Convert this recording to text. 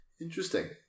Interesting